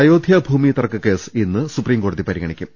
അയോധ്യാഭൂമി ്തർക്കകേസ് ഇന്ന് സുപ്രീംകോടതി പരിഗ ണിക്കും